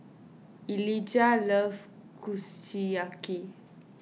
Elijah loves Kushiyaki